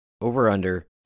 over-under